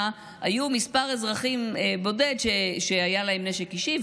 היו כמה אזרחים בודדים שהיה להם נשק אישי,